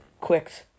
Quick's